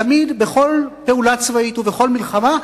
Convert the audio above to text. תמיד, בכל פעולה צבאית ובכל מלחמה,